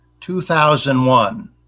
2001